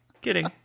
kidding